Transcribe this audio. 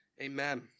Amen